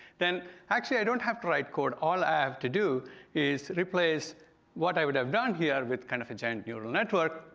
then actually i don't have to write code. all i have to do is replace what i would have done here with kind of a giant neural network,